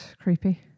creepy